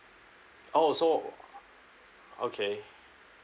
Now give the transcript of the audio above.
oh so okay